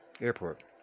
Airport